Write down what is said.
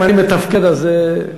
אם אני מתפקד, אז,